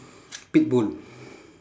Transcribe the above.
pit bull